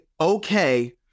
okay